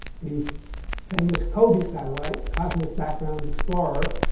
the famous cobe satellite cosmic background explorer